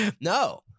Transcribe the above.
No